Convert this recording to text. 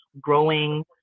growing